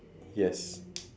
yes